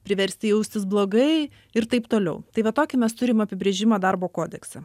priversti jaustis blogai ir taip toliau tai va tokį mes turim apibrėžimą darbo kodekse